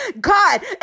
God